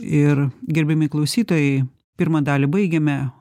ir gerbiami klausytojai pirmą dalį baigėme